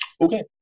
okay